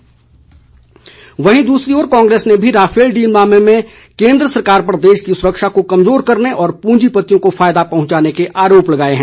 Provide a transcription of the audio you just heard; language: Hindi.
मनप्रीत बादल वहीं दूसरी ओर कांग्रेस ने भी राफेल डील मामले में केन्द्र सरकार पर देश की सुरक्षा को कमजोर करने और पूंजीपतियों को फायदा पहुंचाने के आरोप लगाए हैं